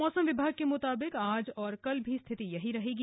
मौसम विभाग के मुताबिक आज और कल भी स्थिति यही रहेगी